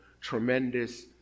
tremendous